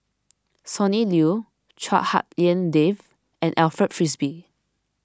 Sonny Liew Chua Hak Lien Dave and Alfred Frisby